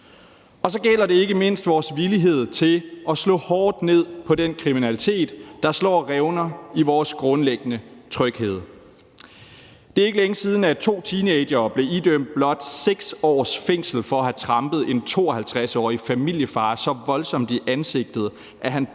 Så gælder det ikke mindst vores villighed til at slå hårdt ned på den kriminalitet, der slår revner i vores grundlæggende tryghed. Det er ikke længe siden, at to teenagere blev idømt blot 6 års fængsel for at have trampet en 52-årig familiefar så voldsomt i ansigtet, at han døde